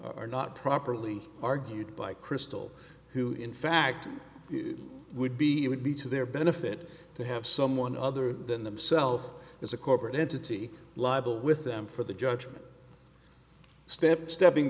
are not properly argued by crystal who in fact would be it would be to their benefit to have someone other than themselves as a corporate entity liable with them for the judgment step stepping